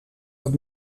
dat